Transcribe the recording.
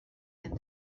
and